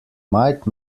might